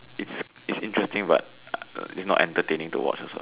it's it's interesting but it's also not entertaining to watch also